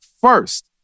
first